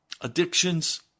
Addictions